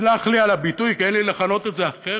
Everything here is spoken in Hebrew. תסלח לי על הביטוי, כי אין לי, לכנות את זה אחרת.